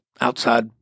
outside